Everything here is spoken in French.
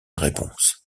réponse